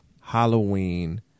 Halloween